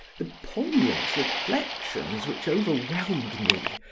the poignant reflections which overwhelmed me,